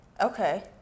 Okay